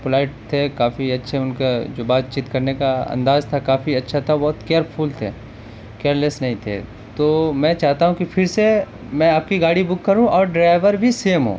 polite تھے کافی اچھے ان کا جو بات چیت کرنے کا انداز تھا کافی اچھا تھا بہت کیئرفل تھے کیئرلیس نہیں تھے تو میں چاہتا ہوں کہ پھر سے میں آپ کی گاڑی بک کروں اور ڈرائیور بھی سیم ہو